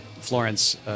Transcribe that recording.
Florence